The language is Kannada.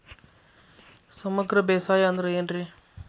ಸಮಗ್ರ ಬೇಸಾಯ ಅಂದ್ರ ಏನ್ ರೇ?